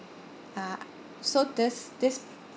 ah so this this